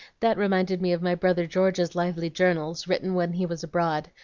that reminded me of my brother george's lively journals, written when he was abroad.